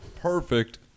Perfect